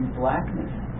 blackness